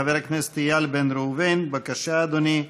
חבר הכנסת איל בן ראובן, בבקשה, אדוני,